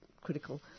critical